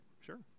sure